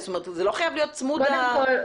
זה לא חייב להיות צמוד ליישוב.